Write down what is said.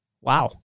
wow